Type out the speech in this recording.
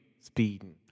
Speeding